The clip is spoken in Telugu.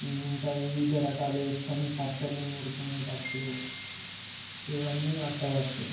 ఇంకా వివిధ రకాలు వేసుకుని పచ్చళ్ళు నూరుకునేటప్పుడు ఇవన్నీ వట్టవచ్చు